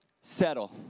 settle